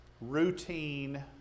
routine